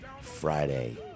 Friday